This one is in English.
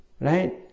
Right